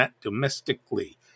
domestically